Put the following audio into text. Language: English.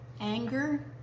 anger